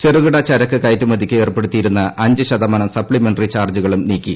ചെറുകിട ചരക്ക് കയറ്റുമതിക്ക് ഏർപ്പെടുത്തിയിരുന്ന അഞ്ച് ശതമാനം സപ്തിമെന്ററി ചാർജുകളും നീക്കി